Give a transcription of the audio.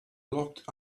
locked